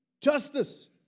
Justice